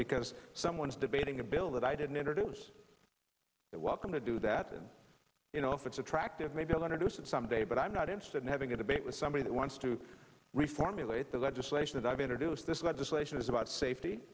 because someone is debating a bill that i didn't introduce that welcome to do that and you know if it's attractive maybe i want to do some day but i'm not interested in having a debate with somebody that wants to reformulate the legislation that i've introduced this legislation is about safety